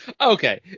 okay